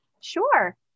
Sure